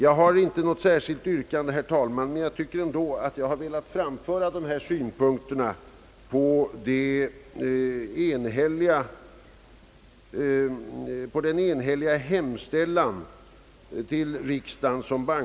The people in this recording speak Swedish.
Jag har inte något särskilt yrkande, men jag tycker ändå att jag borde framföra dessa synpunkter på den enhälliga hemställan till riksdagen